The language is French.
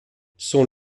sont